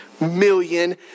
million